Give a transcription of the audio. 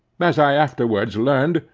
as i afterwards learned,